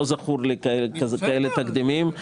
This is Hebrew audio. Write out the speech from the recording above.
לא זכור לי תקדימים כאלה.